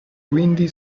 quindi